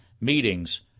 meetings